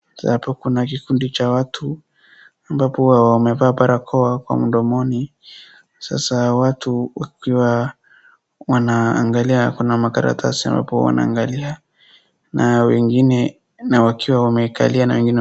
Hapa kuna kikundi cha watu ambapo wamevaa barakoa kwa mdomoni, sasa watu wakiwa wanaangalia, kuna makaratasi hapo wanaangalia, na wengine na wakiwa wamekalia na wengine.